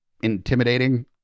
intimidating